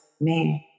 man